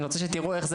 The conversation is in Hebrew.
אני רוצה שתראו איך זה